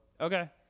okay